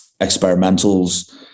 experimentals